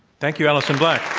thank you, alison black.